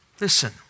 listen